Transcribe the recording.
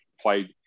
played